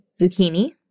zucchini